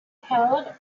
held